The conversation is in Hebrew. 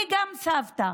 אני גם סבתא